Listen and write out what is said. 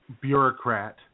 bureaucrat